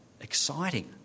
exciting